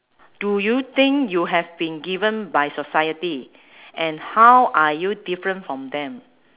do you think you have been given by society and how are you different from them